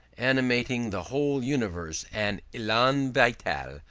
animating the whole universe, an elan vital,